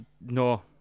No